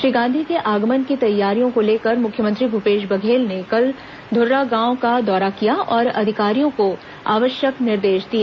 श्री गांधी के आगमन की तैयारियों को लेकर मुख्यमंत्री भूपेश बघेल ने कल ध्रागांव का दौरा किया और अधिकारियों को आवश्यक निर्देश दिए